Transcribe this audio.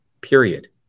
period